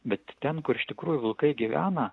bet ten kur iš tikrųjų vilkai gyvena